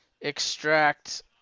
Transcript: extract